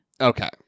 Okay